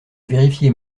vérifier